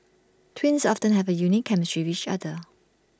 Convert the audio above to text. twins often have A unique chemistry with each other